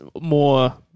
more